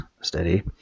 steady